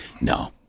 No